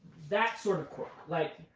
that sort of quirk. like